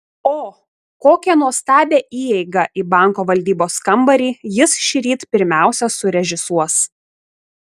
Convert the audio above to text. o kokią nuostabią įeigą į banko valdybos kambarį jis šįryt pirmiausia surežisuos